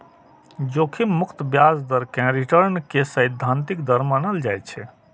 जोखिम मुक्त ब्याज दर कें रिटर्न के सैद्धांतिक दर मानल जाइ छै